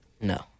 No